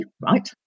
right